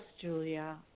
Julia